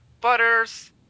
Butters